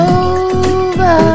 over